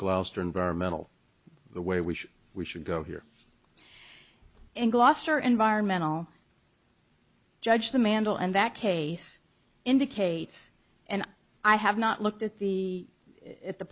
gloucester environmental the way we should we should go here in gloucester environmental judge the mandal and that case indicates and i have not looked at the at the